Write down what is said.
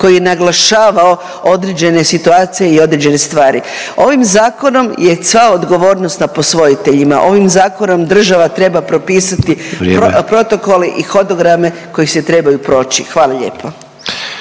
koji je naglašavao određene situacije i određene stvari. Ovim zakonom je sva odgovornost na posvojiteljima, ovom zakonom država treba propisati…/Upadica Sanader: Vrijeme/…protokole i hodograme koji se trebaju proći, hvala lijepo.